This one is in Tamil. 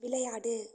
விளையாடு